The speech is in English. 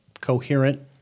coherent